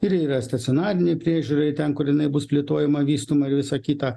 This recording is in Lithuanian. ir yra stacionarinei priežiūrai ten kur jinai bus plėtojama vystoma ir visa kita